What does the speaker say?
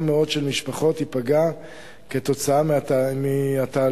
מאוד של משפחות ייפגע כתוצאה מהתהליך.